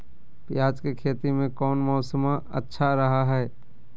प्याज के खेती में कौन मौसम अच्छा रहा हय?